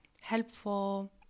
helpful